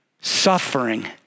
suffering